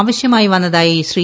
ആവശ്യമായി വന്നതായി ശ്രീ